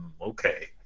okay